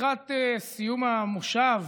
לקראת סיום המושב,